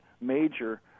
major